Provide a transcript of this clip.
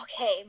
Okay